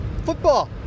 football